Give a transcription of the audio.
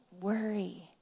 worry